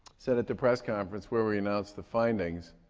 said at the press conference where we announced the findings